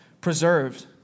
preserved